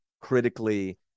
critically